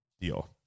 deal